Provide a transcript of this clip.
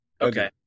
Okay